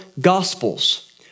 gospels